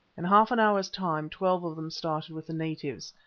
in half an hour's time twelve of them started with the natives,